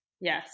Yes